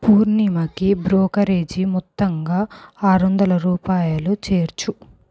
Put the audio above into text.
పూర్ణిమకి brokerage మొత్తంగా ఆరు వందలు రూపాయలు చేర్చు